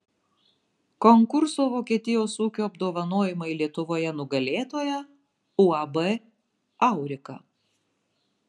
konkurso vokietijos ūkio apdovanojimai lietuvoje nugalėtoja uab aurika